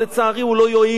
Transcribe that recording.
אבל לצערי הוא לא יועיל,